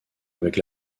avec